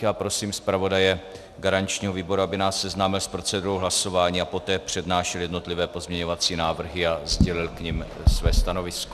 Já prosím zpravodaje garančního výboru, aby nás seznámil s procedurou hlasování a poté přednášel jednotlivé pozměňovací návrhy a sdělil k nim své stanovisko.